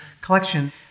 collection